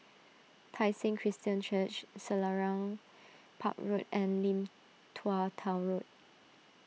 Tai Seng Christian Church Selarang Park Road and Lim Tua Tow Road